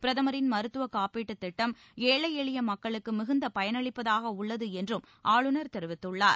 பிரதமரின் மருத்துவக் காப்பீட்டுத் திட்டம் ஏழை எளிய மக்களுக்கு மிகுந்த பயனளிப்பதாக உள்ளது என்றும் ஆளுநர் தெரிவித்துள்ளார்